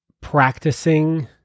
practicing